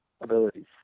abilities